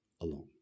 alone